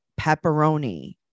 pepperoni